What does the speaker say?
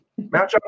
Matchup